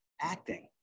acting